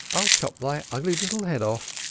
i'll chop thy ugly little head off.